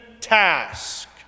task